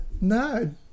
no